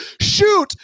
shoot